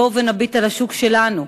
בואו נביט על השוק שלנו: